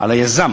על היזם